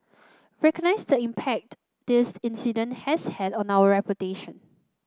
recognise the impact this incident has had on our reputation